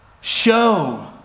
show